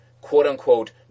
quote-unquote